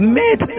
made